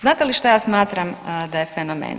Znate li šta ja smatram da je fenomen?